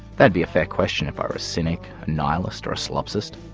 that'd be a fair question if i were a cynic, a nihilist or a solipsist.